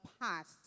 past